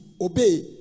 obey